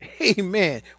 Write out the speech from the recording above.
Amen